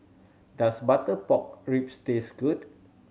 does butter pork ribs taste good